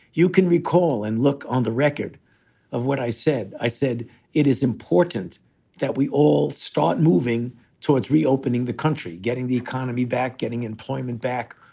you can recall and look on the record of what i said, i said it is important that we all start moving towards reopening the country, getting the economy back, getting employment back.